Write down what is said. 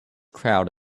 crowd